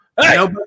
hey